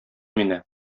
мине